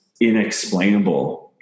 inexplainable